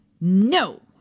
No